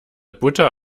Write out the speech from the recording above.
butter